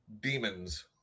Demons